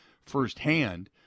firsthand